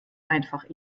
einfach